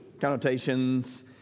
connotations